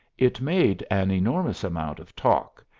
it made an enormous amount of talk,